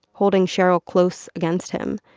holding cheryl close against him,